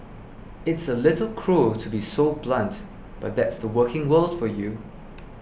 it's a little cruel to be so blunt but that's the working world for you